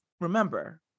remember